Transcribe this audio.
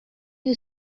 you